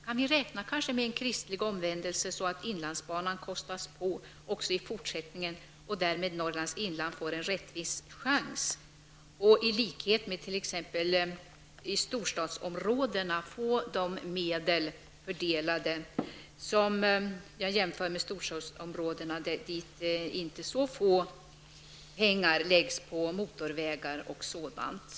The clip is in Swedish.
Kan vi räkna med en kristlig omvändelse så att inlandsbanan kostas på också i fortsättningen så att Norrlands inland därmed får en rättvis chans jämfört med storstadsområdena, där inte så litet pengar läggs på motorvägar och sådant.